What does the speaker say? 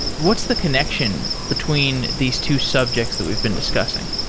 what's the connection between these two subjects that we've been discussing?